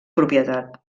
propietat